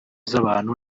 z’abantu